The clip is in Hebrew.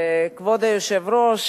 כבוד היושב-ראש,